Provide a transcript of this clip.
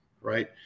right